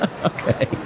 Okay